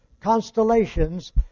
constellations